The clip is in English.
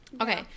Okay